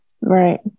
Right